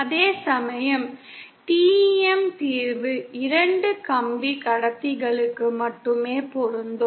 அதேசமயம் TEM தீர்வு இரண்டு கம்பி கடத்திகளுக்கு மட்டுமே பொருந்தும்